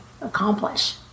accomplish